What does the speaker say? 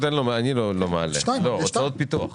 אני לא מעלה את משרד הבריאות.